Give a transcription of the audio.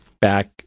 back